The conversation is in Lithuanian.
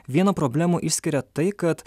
vieną problemų išskiria tai kad